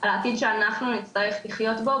על העתיד שאנחנו נצטרך לחיות בו,